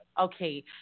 okay